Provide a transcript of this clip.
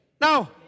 now